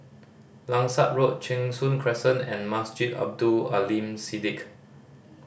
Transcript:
Langsat Road Cheng Soon Crescent and Masjid Abdul Aleem Siddique